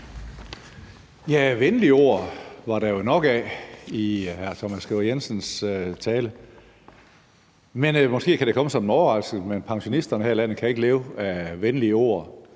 Ja, venlige ord var der jo nok af i hr. Thomas Skriver Jensens tale. Måske kan det komme som en overraskelse, men pensionisterne her i landet kan ikke leve af venlige ord,